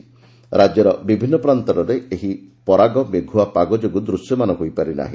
ରାକ୍ୟର ବିଭିନ୍ ପ୍ରାନ୍ତରେ ଏହି ପରାଗ ମେଘୁଆ ପାଗ ଯୋଗୁଁ ଦୃଶ୍ୟମାନ ହୋଇପାରି ନାହି